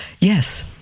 Yes